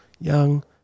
Young